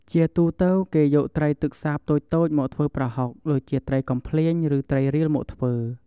ជាទូទៅគេយកត្រីទឹកសាបតូចៗមកធ្វើប្រហុក ដូចជាត្រីកំភ្លាញ ឬត្រីរៀលមកធ្វើ។